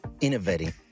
innovating